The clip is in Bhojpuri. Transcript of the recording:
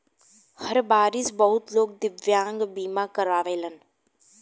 हर बारिस बहुत लोग दिव्यांग बीमा करावेलन